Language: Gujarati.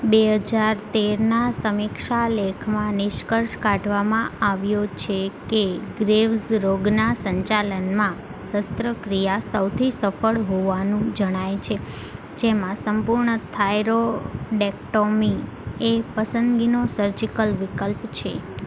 બે હજાર તેરના સમીક્ષા લેખમાં નિષ્કર્ષ કાઢવામાં આવ્યો છે કે ગ્રેવ્સ રોગના સંચાલનમાં શસ્ત્રક્રિયા સૌથી સફળ હોવાનું જણાય છે જેમાં સંપૂર્ણ થાઈરો ડેક્ટોમી એ પસંદગીનો સર્જિકલ વિકલ્પ છે